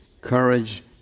courage